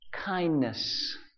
Kindness